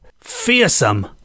fearsome